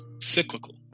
cyclical